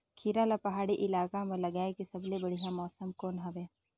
खीरा ला पहाड़ी इलाका मां लगाय के सबले बढ़िया मौसम कोन हवे?